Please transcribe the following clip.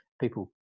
people